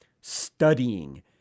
studying